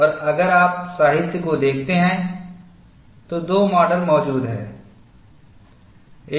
और अगर आप साहित्य को देखते हैं तो दो माडल मौजूद हैं